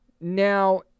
Now